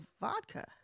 vodka